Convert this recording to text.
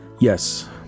yes